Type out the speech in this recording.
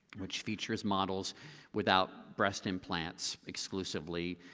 which features models without breast implants, exclusively.